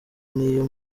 n’iyo